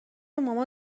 مامان